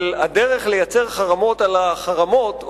אבל הדרך לייצר חרמות על החרמות,